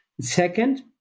Second